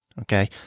Okay